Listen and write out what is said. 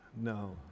No